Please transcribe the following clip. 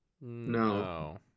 No